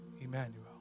Emmanuel